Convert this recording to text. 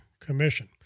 commission